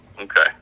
Okay